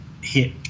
hit